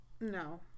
no